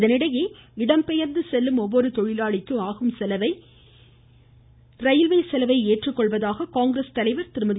இதனிடையே இடம்பெயா்ந்து செல்லும் ஒவ்வொரு தொழிலாளிக்கு ஆகும் ரயில்வே செலவை ஏற்றுக்கொள்வதாக காங்கிரஸ் தலைவர் திருமதி